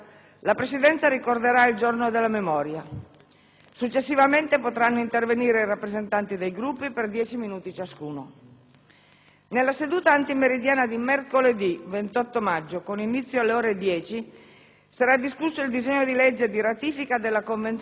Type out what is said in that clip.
Successivamente, potranno intervenire i rappresentanti dei Gruppi per dieci minuti ciascuno. Nella seduta antimeridiana di mercoledì 28 gennaio, con inizio alle ore 10, sarà discusso il disegno di legge di ratifica della Convenzione delle Nazioni Unite sulle persone con disabilità.